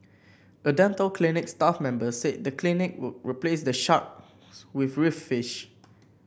a dental clinic staff member said the clinic would replace the shark with reef fish